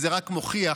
זה רק מוכיח,